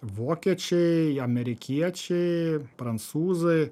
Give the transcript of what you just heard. vokiečiai amerikiečiai prancūzai